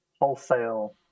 wholesale